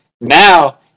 Now